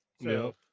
No